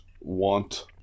want